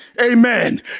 Amen